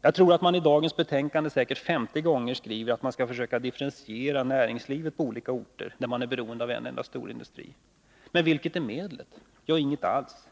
Jag tror att man i dagens betänkande säkert 50 gånger skriver att man skall försöka differentiera näringslivet på olika orter som är beroende av en enda stor industri. Men vilket är medlet? Ja, inget alls.